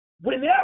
whenever